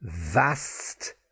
vast